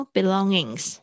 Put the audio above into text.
Belongings